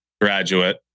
graduate